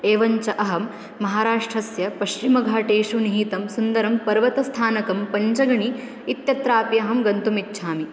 एवञ्च अहं महाराष्ट्रस्य पश्चिमघाटेषु निहितं सुन्दरं पर्वतस्थानकं पञ्चगणि इत्यत्रापि अहं गन्तुम् इच्छामि